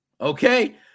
Okay